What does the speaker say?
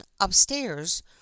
upstairs